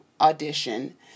audition